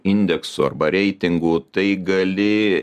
indeksų arba reitingų tai gali